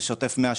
זה שוטף 180,